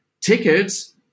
tickets